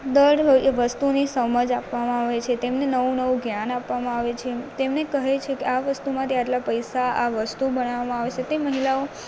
ડર વસ્તુની સમજ આપવામાં આવે છે તેમને નવું નવું જ્ઞાન આપવામાં આવે છે તેમને કહે છે કે આ વસ્તુમાંથી આટલા પૈસા આ વસ્તુ બનાવવામાં આવે છે તે મહિલાઓ